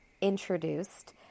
introduced